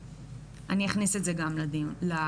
אני אכניס את זה גם לסיכום.